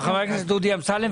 חבר הכנסת דודי אמסלם,